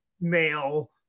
male